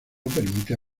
permite